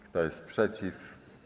Kto jest przeciw?